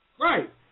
Right